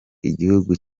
igihugu